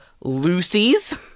Lucy's